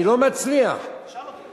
אני לא מצליח, תשאל אותי.